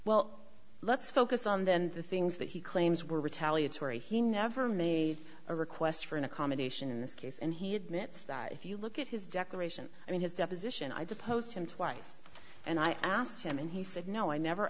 well let's focus on that and the things that he claims were retaliatory he never made a request for an accommodation in this case and he admits that if you look at his declaration i mean his deposition i deposed him twice and i asked him and he said no i never